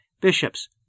Bishops